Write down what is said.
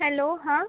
hello हाँ